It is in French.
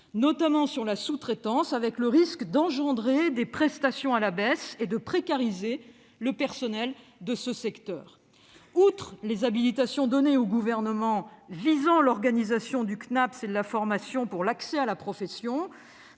notamment sur la sous-traitance, au risque d'aboutir à des prestations à la baisse et de précariser le personnel. Outre les habilitations données au Gouvernement visant l'organisation du Cnaps et la formation pour l'accès à la profession,